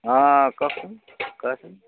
অঁ কওকচোন কোৱাচোন